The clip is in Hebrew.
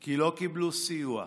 כי לא קיבלו סיוע.